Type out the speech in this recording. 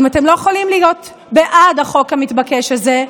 אם אתם לא יכולים להיות בעד החוק המתבקש הזה,